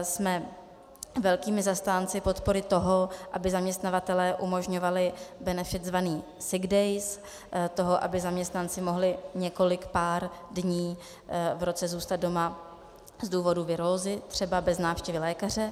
Jsme velkými zastánci podpory toho, aby zaměstnavatelé umožňovali benefit zvaný sick days, toho, aby zaměstnanci mohli několik pár dní v roce zůstat doma z důvodu virózy, třeba bez návštěvy lékaře.